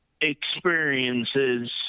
experiences